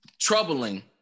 troubling